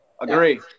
Agree